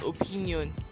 opinion